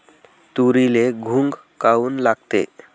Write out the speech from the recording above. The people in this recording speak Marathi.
तुरीले घुंग काऊन लागते?